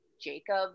Jacob